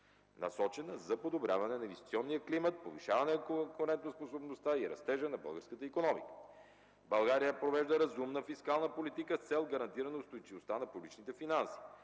насочена за подобряване на инвестиционния климат, повишаване на конкурентоспособността и растежа на българската икономика. България провежда разумна фискална политика с цел гарантиране устойчивостта на публичните финанси.